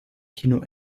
kino